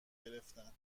گرفتن